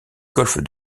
golfe